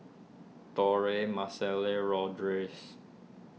Torey Mellisa Lourdes